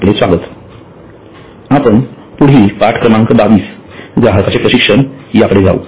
आपण पुढील पाठ क्रमांक २२ ग्राहकांचे प्रशिक्षण या कडे जावू